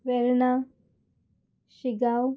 Verna Shigaon